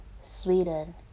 Sweden